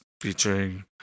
featuring